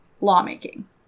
lawmaking